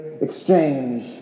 exchange